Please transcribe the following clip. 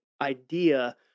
idea